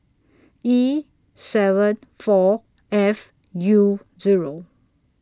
E seven four F U Zero